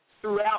throughout